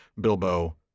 Bilbo